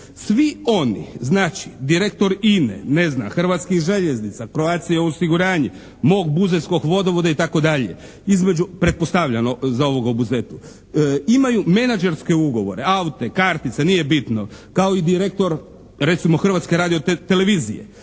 Svi oni, znači direktor INA-e, ne znam Hrvatskih željeznica, Croatia osiguranja, mog buzetskog Vodovoda i tako dalje između, pretpostavljano za ovoga u Buzetu imaju menadžerske ugovore, aute, kartice, nije bitno kao i direktor recimo Hrvatske radio-televizije.